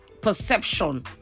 perception